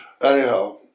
Anyhow